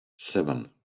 seven